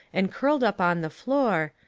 and curled up on the floor,